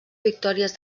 victòries